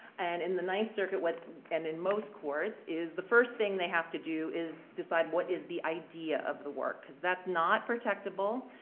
and, in the ninth circuit, and in most courts, is, the first thing they have to do is decide what is the idea of the work cause that's not protectable.